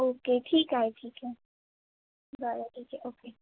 okay ठीक आहे ठीक आहे बाय ओके ओक्के